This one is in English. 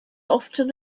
often